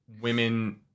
women